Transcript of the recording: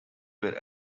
were